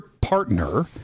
partner